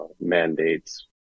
mandates